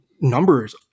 numbers